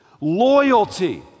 Loyalty